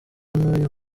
n’uyu